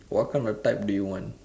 what kind of type do you want